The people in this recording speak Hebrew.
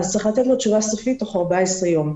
צריך לתת לו תשובה סופית בתוך 14 יום,